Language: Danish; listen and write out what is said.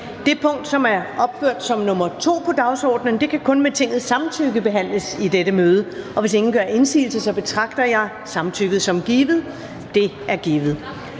Det punkt, som er opført som nr. 2 på dagsordenen, kan kun med Tingets samtykke behandles i dette møde. Hvis ingen gør indsigelse, betragter jeg samtykket som givet. Det er givet.